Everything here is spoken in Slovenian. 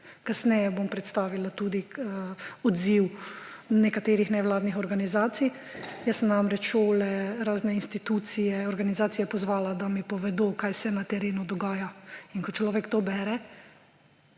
kasneje bom predstavila tudi odziv nekaterih nevladnih organizacij. Jaz sem namreč šole, razne institucije, organizacije pozvala, da mi povedo, kaj se na terenu dogaja in ko človek to bere,